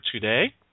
today